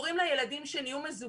קוראים לה ילדים שנהיו מזוגגים,